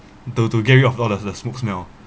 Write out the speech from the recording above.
though to get rid of all the the smoke smell